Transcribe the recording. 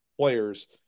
players